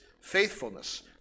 faithfulness